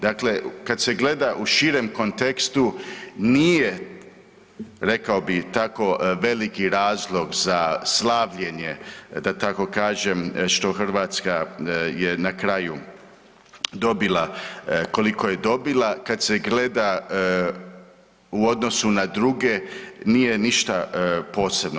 Dakle, kad se gleda u širem kontekstu nije, rekao bi, tako veliki razlog za slavljenje da tako kažem što Hrvatska je na kraju dobila koliko je dobila kad se gleda u odnosu na druge nije ništa posebno.